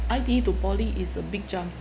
I_T_E to poly is a big jump